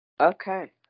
Okay